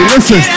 Listen